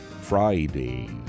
Friday